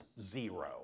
zero